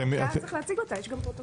צריך להציג אותה, יש גם פרוטוקול.